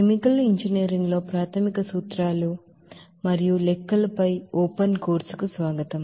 chemical engineering లో ప్రాథమిక సూత్రాలు మరియు లెక్కలపై ఓపెన్ ఆన్ లైన్ కోర్సుకు స్వాగతం